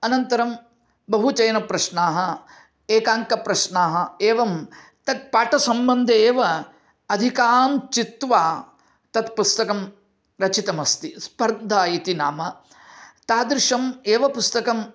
अनन्तरं बहु चयन प्रश्नाः एकाङ्क प्रश्नाः एवं तत् पाठसम्बन्धे एव अधिकां चित्वा तत्पुस्तकं रचितम् अस्ति स्पर्धा इति नाम तादृशम् एव पुस्तकम्